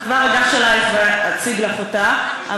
אני כבר אגש אלייך ואציג לך אותה.